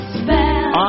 spell